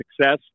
success